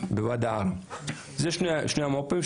ובוודאי מורים מדעיים,